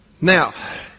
Now